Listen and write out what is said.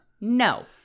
No